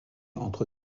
entre